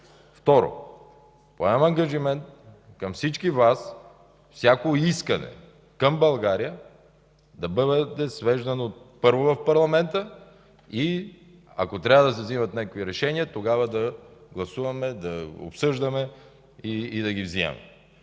Второ, поемам ангажимент към всички Вас всяко искане към България да бъде свеждано, първо, в парламента, и, ако трябва да се вземат някакви решения, тогава да гласуваме, да обсъждаме и да ги взимаме.